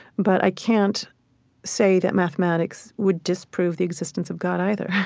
but i can't say that mathematics would disprove the existence of god either.